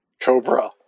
Cobra